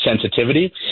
sensitivity